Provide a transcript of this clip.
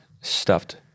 stuffed